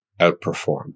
outperform